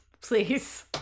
Please